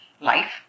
life